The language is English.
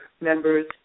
members